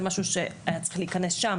זה משהו שהיה צריך להיכנס שם,